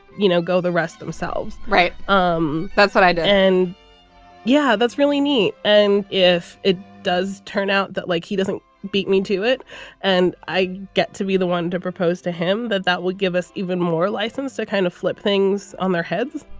you know, go the rest themselves. right. um that's what i do. and yeah, that's really neat. and if it does turn out that, like, he doesn't beat me to it and i get to be the one to propose to him, that that would give us even more license to kind of flip things on their heads.